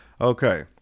Okay